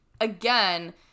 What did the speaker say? again